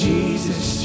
Jesus